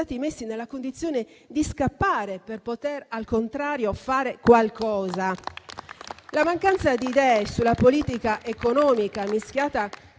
messi nella condizione di scappare per poter al contrario fare qualcosa. La mancanza di idee sulla politica economica, mischiata